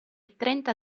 trenta